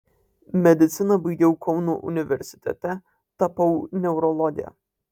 mediciną baigiau kauno universitete tapau neurologe